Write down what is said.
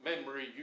memory